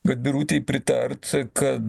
vat birutei pritart kad